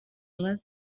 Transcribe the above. les